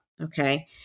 okay